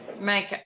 make